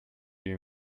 you